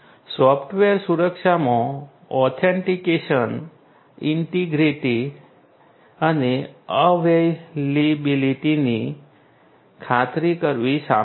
software સુરક્ષામાં authentication integrity અને અવૈલેબિલીટીની ખાતરી કરવી સામેલ છે